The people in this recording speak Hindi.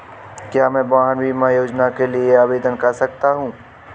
क्या मैं वाहन बीमा योजना के लिए आवेदन कर सकता हूँ?